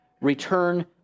return